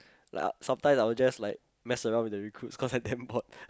like sometimes I will just like mess around with the recruits cause I damn bored